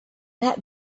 that